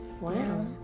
Wow